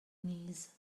نیز